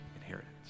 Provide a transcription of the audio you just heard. inheritance